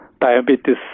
diabetes